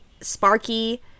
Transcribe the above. Sparky